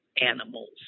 animals